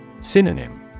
Synonym